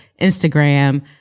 Instagram